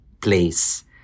place